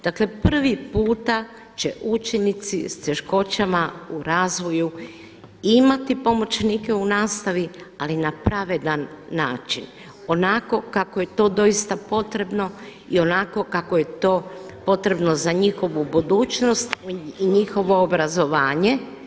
Dakle, prvi puta će učenici s teškoćama u razvoju imati pomoćnike u nastavi, ali na pravedan način onako kako je to doista potrebno i onako kako je to potrebno za njihovu budućnost i njihovo obrazovanje.